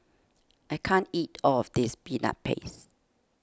I can't eat all of this Peanut Paste